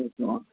ஓகேம்மா